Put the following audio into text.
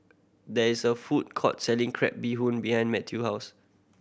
there is a food court selling crab bee hoon behind Mathew house